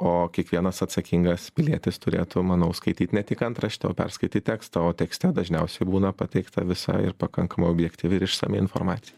o kiekvienas atsakingas pilietis turėtų manau skaityt ne tik antraštę o perskaityt tekstą o tekste dažniausiai būna pateikta visa ir pakankamai objektyvi ir išsami informacija